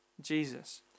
Jesus